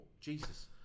Jesus